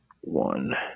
one